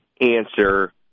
answer